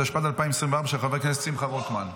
התשפ"ד 2024, של חבר הכנסת שמחה רוטמן.